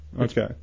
Okay